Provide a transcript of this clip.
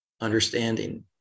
understanding